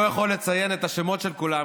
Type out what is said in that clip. אני לא יכול לציין את השמות של כולם,